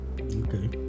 Okay